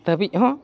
ᱫᱷᱟᱹᱵᱤᱡ ᱦᱚᱸ